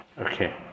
Okay